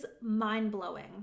mind-blowing